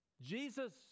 Jesus